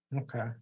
Okay